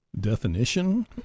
Definition